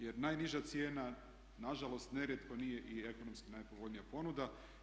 Jer najniža cijena nažalost nerijetko nije i ekonomski najpovoljnija ponuda.